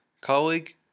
colleague